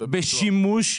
בשימוש,